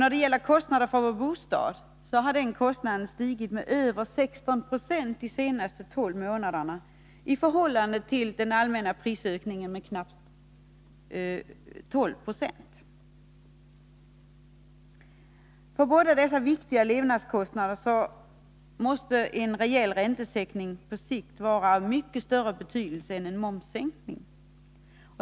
När det gäller kostnaden för vår bostad, så har denna stigit med över 16 9 under de senaste 12 månaderna i förhållande till den allmänna prisökningen på knappt 12 4. För båda dessa viktiga levnadskostnader måste en rejäl räntesänkning på sikt vara av mycket större betydelse än en momssänkning.